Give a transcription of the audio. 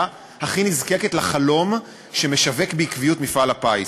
הכי נזקקת לחלום שמשווק בעקביות מפעל הפיס.